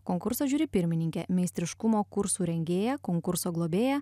konkurso žiuri pirmininkė meistriškumo kursų rengėja konkurso globėja